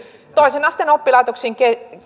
toisen asteen oppilaitoksiin